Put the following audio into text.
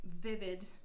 vivid